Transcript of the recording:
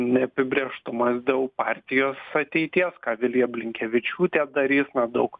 neapibrėžtumas dėl partijos ateities ką vilija blinkevičiūtė darys daug